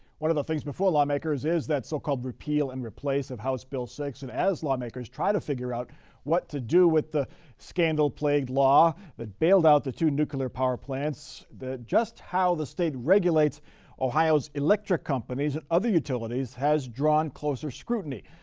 one of the things before lawmakers is that so called repeal and replace of house bill six and as lawmakers try to figure out what to do with the scandal plagued law that bailed out the two nuclear power plants, just how the state regulates ohio's electric companies and other utilities has drawn closer scrutiny.